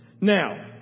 Now